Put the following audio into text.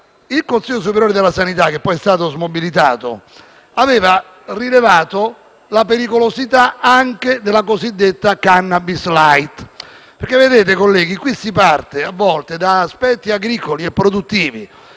il Consiglio superiore di sanità, che poi è stato smobilitato, aveva rilevato la pericolosità anche della cosiddetta *cannabis light*. Colleghi, qui si parte - a volte - da aspetti agricoli e produttivi,